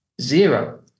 zero